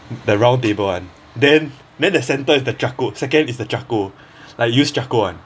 the round table one then then the centre is the charcoal second is the charcoal like use charcoal [one]